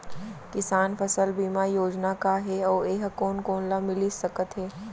किसान फसल बीमा योजना का हे अऊ ए हा कोन कोन ला मिलिस सकत हे?